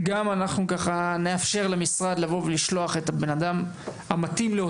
כך גם אנחנו נאפשר לכל משרד לשלוח את האדם המתאים ביותר